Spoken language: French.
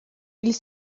ils